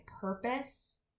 purpose